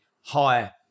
Hi